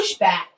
pushback